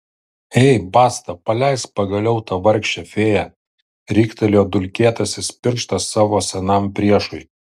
ei basta paleisk pagaliau tą vargšę fėją riktelėjo dulkėtasis pirštas savo senam priešui